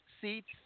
seats